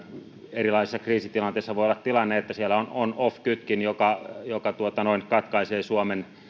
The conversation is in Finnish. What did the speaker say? erilaisissa kriisitilanteissa voi olla tilanne että siellä on on off kytkin joka joka katkaisee suomen